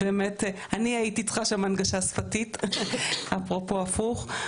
אני הייתי צריכה שם הנגשה שפתית, אפרופו - הפוך.